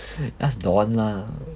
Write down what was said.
ask don lah